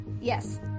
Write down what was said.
yes